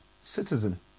Citizen